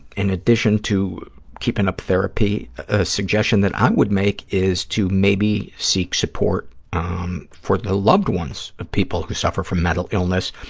in addition to keeping up therapy, a suggestion that i would make is to maybe seek support um for the loved ones of people who suffer from mental illness.